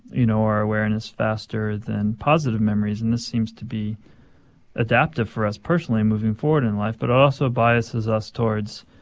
you know, our awareness faster than positive memories, and this seems to be adaptive for us personally moving forward in life. but it also biases us towards,